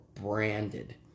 branded